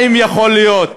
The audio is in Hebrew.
האם יכול להיות